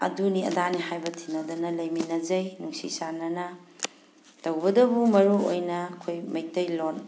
ꯑꯗꯨꯅꯤ ꯑꯗꯥꯅꯤ ꯍꯥꯏꯕ ꯊꯤꯅꯗꯅ ꯂꯩꯃꯤꯟꯅꯖꯩ ꯅꯨꯡꯁꯤ ꯆꯥꯅꯅ ꯇꯧꯕꯇꯕꯨ ꯃꯔꯨꯑꯣꯏꯅ ꯑꯩꯈꯣꯏ ꯃꯩꯇꯩꯂꯣꯟ